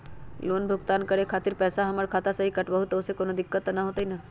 Loan भुगतान करे के खातिर पैसा हमर खाता में से ही काटबहु त ओसे कौनो दिक्कत त न होई न?